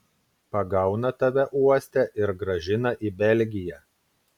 pagauna tave uoste ir grąžina į belgiją